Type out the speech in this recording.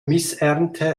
missernte